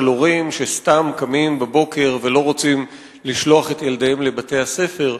הורים שסתם קמים בבוקר ולא רוצים לשלוח את ילדיהם לבתי-הספר.